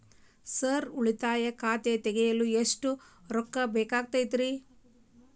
Sir ಉಳಿತಾಯ ಖಾತೆ ತೆರೆಯಲು ಎಷ್ಟು ರೊಕ್ಕಾ ಆಗುತ್ತೇರಿ?